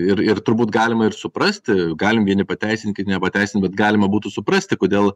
ir ir turbūt galima ir suprasti galim vieni pateisinti ir nepateisint bet galima būtų suprasti kodėl